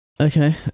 Okay